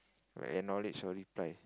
acknowledge or reply